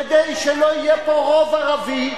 כדי שלא יהיה פה רוב ערבי,